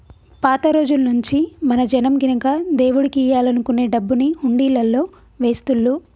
పాత రోజుల్నుంచీ మన జనం గినక దేవుడికియ్యాలనుకునే డబ్బుని హుండీలల్లో వేస్తుళ్ళు